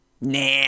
Nah